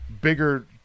bigger